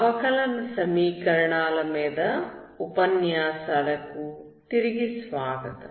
అవకలన సమీకరణాల మీద ఉపన్యాసాలకు తిరిగి స్వాగతం